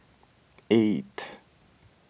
eight